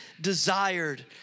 desired